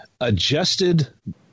Adjusted